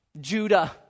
Judah